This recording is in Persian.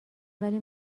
ولی